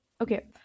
Okay